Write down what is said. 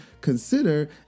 consider